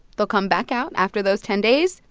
they'll come back out after those ten days,